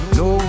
no